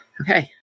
Okay